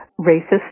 racist